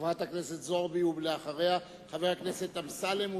חברת הכנסת זועבי, ואחריה, חבר הכנסת אמסלם.